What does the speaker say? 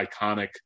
iconic